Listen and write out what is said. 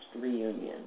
reunion